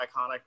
iconic